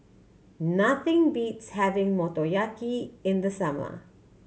nothing beats having Motoyaki in the summer